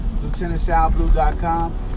LieutenantSalBlue.com